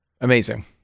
Amazing